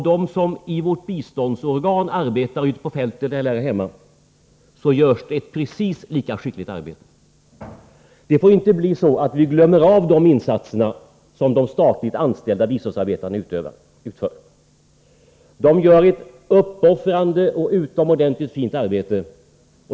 De som i vårt biståndsorgan arbetar ute på fältet eller här hemma gör nämligen ett precis lika skickligt arbete. Vi får inte glömma de insatser som de statligt anställda biståndsarbetarna utför. De gör ett uppoffrande och utomordentligt fint arbete.